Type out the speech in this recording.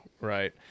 right